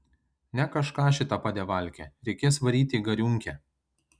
ne kažką šita padevalkė reikės varyt į gariūnkę